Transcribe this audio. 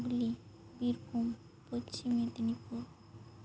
Hooghly Birbhum Paschim Medinipur